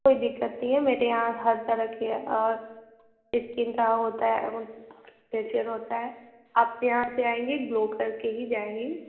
कोई दिक्कत नहीं है मेरे यहाँ हर तरह के और स्किन का होता है फेसिअल होता है आप यहाँ पे आएँगी ग्लो करके ही जाएंगी